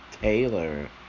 Taylor